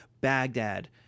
Baghdad